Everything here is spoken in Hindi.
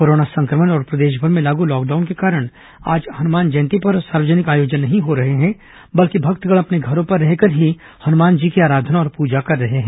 कोरोना संक्रमण और प्रदेशभर में लागू लॉकडाउन के कारण आज हनुमान जयंती पर सार्वजनिक आयोजन नहीं हो रहे हैं बल्कि भक्तगण अपने घरों पर रहकर ही हनुमान जी की आराधना और पूजा कर रहे हैं